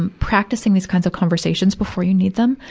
and practicing these kinds of conversations before you need them.